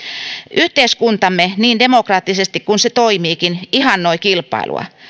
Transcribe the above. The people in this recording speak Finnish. yhteiskuntamme niin demokraattisesti kuin se toimiikin ihannoi kilpailua